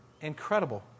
Incredible